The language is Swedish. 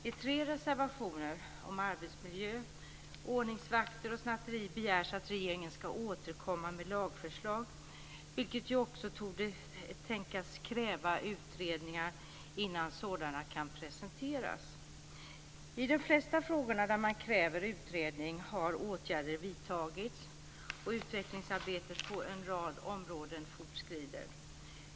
I tre reservationer om arbetsmiljö, ordningsvakter och snatteri begärs att regeringen ska återkomma med lagförslag, och det torde kunna tänkas kräva utredningar innan sådana kan presenteras. I de flesta frågor där man kräver utredning har åtgärder vidtagits och utvecklingsarbetet på en rad områden fortskrider.